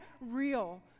real